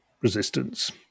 resistance